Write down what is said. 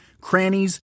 crannies